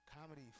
Comedy